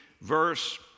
verse